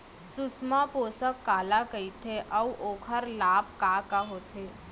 सुषमा पोसक काला कइथे अऊ ओखर लाभ का का होथे?